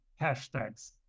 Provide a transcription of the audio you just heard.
hashtags